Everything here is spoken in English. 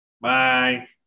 bye